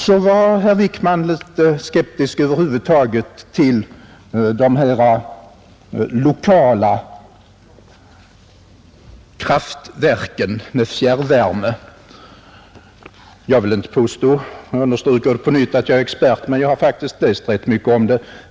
Så var herr Wickman litet skeptisk över huvud taget till de lokala kraftverken för fjärrvärme. Jag vill påstå, och jag understryker det på nytt, att jag faktiskt har läst och lärt mig rätt mycket om detta.